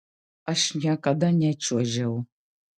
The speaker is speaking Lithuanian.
aš niekada nečiuožiau